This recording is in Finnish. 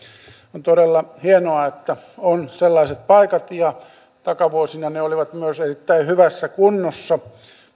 on todella hienoa että on sellaisia paikkoja takavuosina ne olivat myös erittäin hyvässä kunnossa